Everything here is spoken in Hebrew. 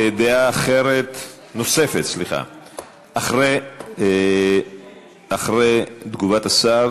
דעה נוספת, אחרי תגובת השר